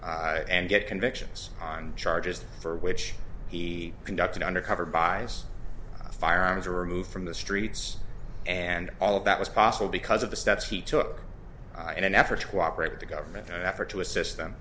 people and get convictions on charges for which he conducted under cover by firearms are removed from the streets and all that was possible because of the steps he took in an effort to cooperate with the government effort to assist them